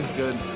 good.